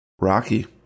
Rocky